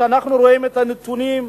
כשאנחנו רואים את הנתונים,